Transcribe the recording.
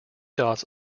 dots